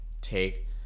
take